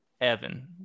Evan